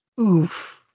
Oof